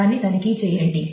దాన్ని తనిఖీ చేయండి